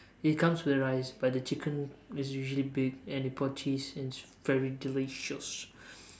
it comes with rice but the chicken is usually big and they pour cheese and it's very delicious